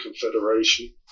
confederation